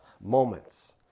moments